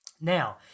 Now